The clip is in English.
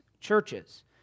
churches